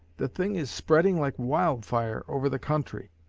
the thing is spreading like wildfire over the country.